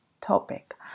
topic